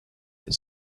that